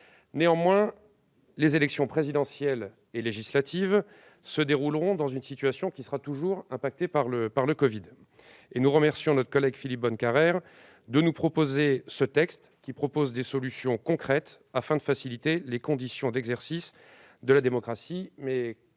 Néanmoins, les élections présidentielle et législatives se dérouleront dans une situation toujours impactée par la covid-19. Nous remercions donc notre collègue Philippe Bonnecarrère de nous proposer ces textes, qui avancent des solutions concrètes pour faciliter les conditions d'exercice de la démocratie,